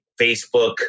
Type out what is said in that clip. Facebook